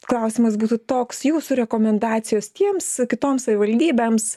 klausimas būtų toks jūsų rekomendacijos tiems kitoms savivaldybėms